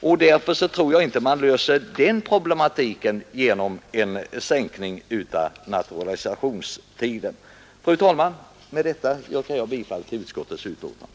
Den problematiken tror jag inte man löser genom en sänkning av naturalisationstiden. Fru talman! Med detta yrkar jag bifall till utskottets hemställan.